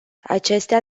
acestea